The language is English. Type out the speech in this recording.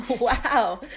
wow